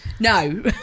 no